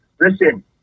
listen